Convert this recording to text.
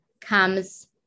comes